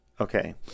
okay